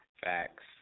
Facts